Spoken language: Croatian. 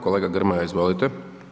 Kolega Grmoja izvolite.